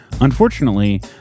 Unfortunately